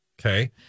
Okay